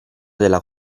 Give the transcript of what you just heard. della